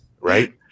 right